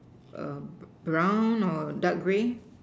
a brown or dark gray